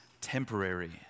temporary